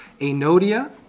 Enodia